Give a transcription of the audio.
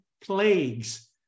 plagues